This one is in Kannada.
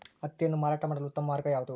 ಹತ್ತಿಯನ್ನು ಮಾರಾಟ ಮಾಡಲು ಉತ್ತಮ ಮಾರ್ಗ ಯಾವುದು?